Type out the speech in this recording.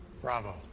Bravo